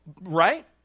right